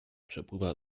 przepływa